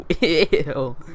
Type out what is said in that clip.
Ew